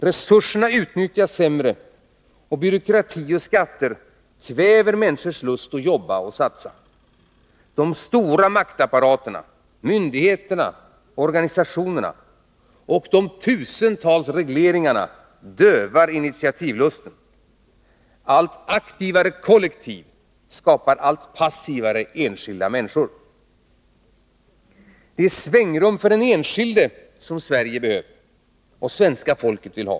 Resurserna utnyttjas sämre, och byråkrati och skatter kväver människors lust att jobba och satsa. De stora maktapparaterna — myndigheterna och organisationerna — och de tusentals regleringarna dödar initiativlusten. Allt aktivare kollektiv skapar allt passivare enskilda människor. Det är svängrum för den enskilde som Sverige behöver och som svenska folket vill ha.